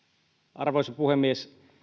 arvoisa puhemies